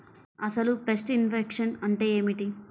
అసలు pest infection అంటే ఏమిటి?